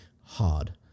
hard